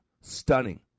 Stunning